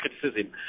criticism